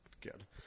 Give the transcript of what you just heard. Good